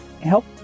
help